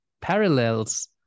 parallels